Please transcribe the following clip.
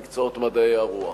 במקצועות מדעי הרוח.